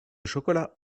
chocolat